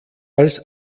als